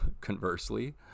conversely